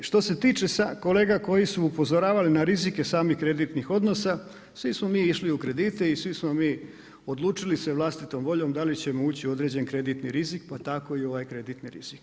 Što se tiče kolega koji su upozoravali na rizike samih kreditnih odnosa svi smo mi išli u kredite i svi smo mi odlučili se vlastitom voljom da li ćemo ući u određeni kreditni rizik pa tako i ovaj kreditni rizik.